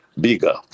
bigger